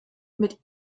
mit